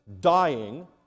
dying